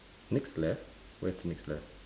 next left where's next left